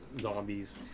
zombies